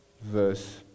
verse